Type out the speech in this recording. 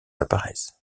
apparaissent